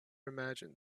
imagined